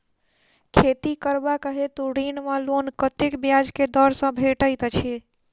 खेती करबाक हेतु ऋण वा लोन कतेक ब्याज केँ दर सँ भेटैत अछि?